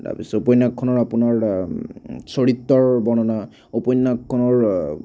তাৰপিছত উপন্যাসখনৰ আপোনাৰ চৰিত্ৰৰ বৰ্ণনা উপন্যাসখনৰ